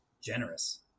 generous